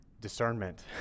discernment